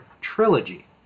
Trilogy